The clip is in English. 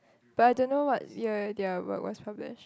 but I don't know what year their work was published